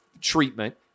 treatment